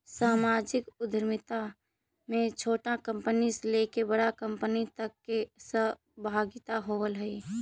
सामाजिक उद्यमिता में छोटा कंपनी से लेके बड़ा कंपनी तक के सहभागिता होवऽ हई